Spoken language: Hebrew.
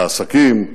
בעסקים,